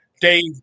Dave